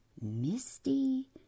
misty